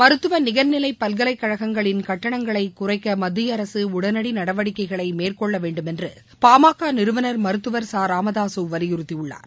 மருத்துவநிகர்நிலைபல்கலைக்கழகங்களின் கட்டணங்களைகுறைக்கமத்திய அரசுஉடனடி நடவடிக்கைகளைமேற்கொள்ளவேண்டுமென்றுபாமகநிறுவனா் மருத்துவர் ச ராமதாசுவலியுறுத்தியுள்ளார்